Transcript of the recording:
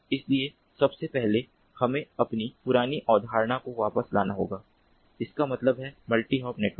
इसलिए सबसे पहले हमें अपनी पुरानी अवधारणा को वापस लाना होगा इसका मतलब है मल्टी हॉप नेटवर्क